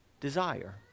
desire